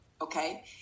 okay